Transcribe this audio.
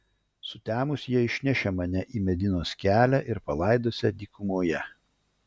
sutemus jie išnešią mane į medinos kelią ir palaidosią dykumoje